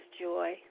joy